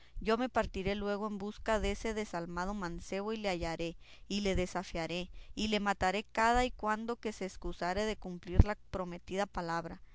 yo me partiré luego en busca dese desalmado mancebo y le hallaré y le desafiaré y le mataré cada y cuando que se escusare de cumplir la prometida palabra